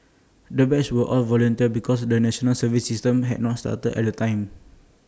the batch were all volunteers because the National Service system had not started at the time